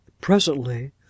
Presently